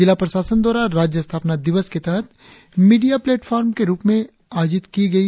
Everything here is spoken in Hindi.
जिला प्रशासन द्वारा राज्य स्थापना दिवस के तहत मीडिया प्लेटफॉर्म के रुप में आयोजित किए गए